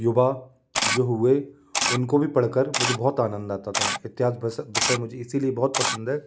युवा जो हुए उनको भी पढ़ कर मुझे बहुत आनंद आता था इतिहास विषय मुझे इसलिए बहुत पसंद है